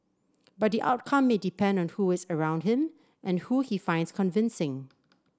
but the outcome may depend on who is around him and who he finds convincing